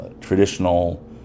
traditional